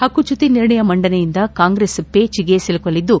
ಹಕ್ಕುಚ್ಚುತಿ ನಿರ್ಣಯ ಮಂಡನೆಯಿಂದ ಕಾಂಗ್ರೆಸ್ ಪೇಚೆಗೆ ಸಿಲುಕಲಿದ್ದು